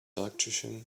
electrician